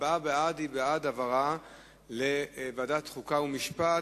הצבעה בעד היא בעד העברה לוועדת חוקה חוק ומשפט,